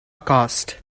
cast